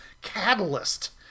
catalyst